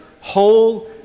whole